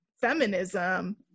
feminism